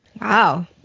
Wow